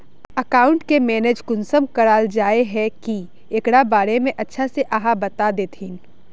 Account के manage कुंसम कराल जाय है की एकरा बारे में अच्छा से आहाँ बता देतहिन?